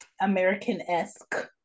American-esque